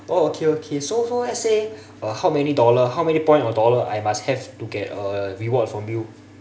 oh okay okay so so let's say uh how many dollar how many point or dollar I must have to get a reward from you